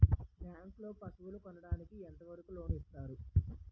Bank లో పశువుల కొనడానికి ఎంత వరకు లోన్ లు ఇస్తారు?